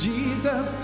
Jesus